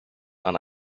and